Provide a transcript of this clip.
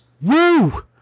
Woo